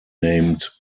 named